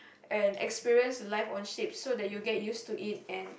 and experience life on ships so that you get used to it and